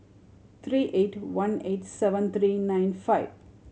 three eight one eight seven three nine five